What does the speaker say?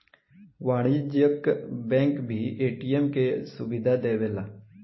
वाणिज्यिक बैंक भी ए.टी.एम के सुविधा देवेला